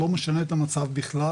לא משנה את המצב בכלל,